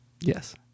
yes